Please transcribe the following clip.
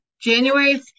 January